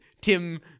Tim